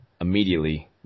immediately